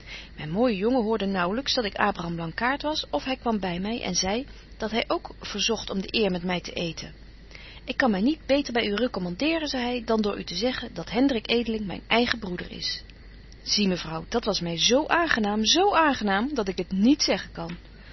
myn mooije jongen hoorde naauwlyks dat ik abraham blankaart was of hy kwam by my en zei dat hy ook verzogt om de eer van met my te eeten ik kan my niet beter by u recommanderen zei hy dan door u te zeggen dat hendrik edeling myn eigen broeder is zie mevrouw dat was my zo aangenaam zo aangenaam dat ik het niet zeggen kan